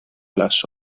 las